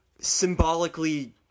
symbolically